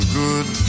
good